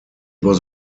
was